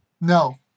No